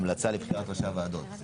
המלצה לבחירת ראשי ועדות --- זה